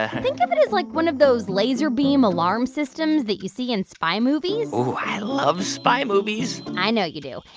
ah think of it as, like, one of those laser beam alarm systems that you see in spy movies i love spy movies i know you do.